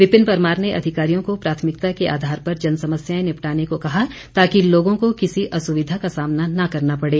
विपिन परमार ने अधिकारियों को प्राथमिकता के आधार पर जनसमस्याएं निपटाने को कहा ताकि लोगों को किसी असुविधा का सामना न करना पड़े